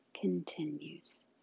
continues